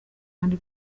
kandi